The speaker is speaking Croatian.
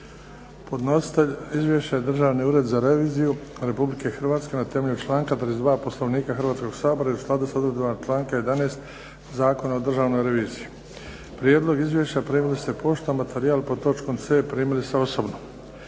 Podnositelj: Državni ured za reviziju Republike Hrvatske Na temelju članka 32. Poslovnika Hrvatskog sabora i u skladu sa odredbama članka 11. Zakona o Državnoj reviziji. Prijedlog izvješća primili ste poštom. Materijal pod točkom c) primili ste osobno.